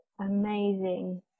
amazing